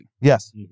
Yes